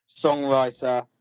songwriter